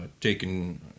taken